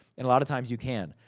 and a lot of times you can.